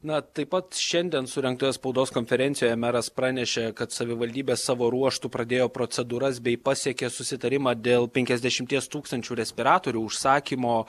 na taip pat šiandien surengtoje spaudos konferencijoje meras pranešė kad savivaldybė savo ruožtu pradėjo procedūras bei pasiekė susitarimą dėl penkiasdešimties tūkstančių respiratorių užsakymo